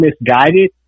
misguided